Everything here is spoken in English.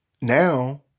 Now